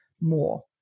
more